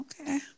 Okay